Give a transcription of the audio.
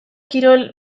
kirol